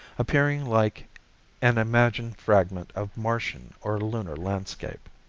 appearing like an imagined fragment of martian or lunar landscape.